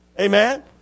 Amen